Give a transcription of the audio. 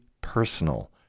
personal